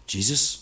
Jesus